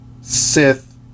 Sith